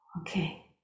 okay